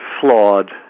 flawed